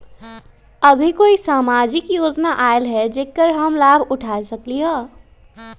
अभी कोई सामाजिक योजना आयल है जेकर लाभ हम उठा सकली ह?